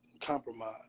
compromise